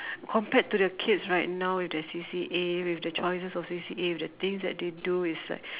compared to the kids right now with their C_C_A with the choices of C_C_A with the things that they do is like